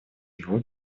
его